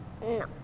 No